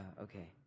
okay